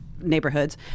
neighborhoods